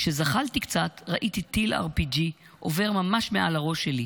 כשזחלתי קצת ראיתי טיל RPG עובר ממש מעל הראש שלי.